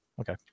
okay